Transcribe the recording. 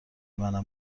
منم